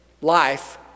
life